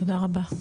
תודה רבה.